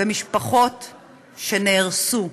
משפחות שנהרסו,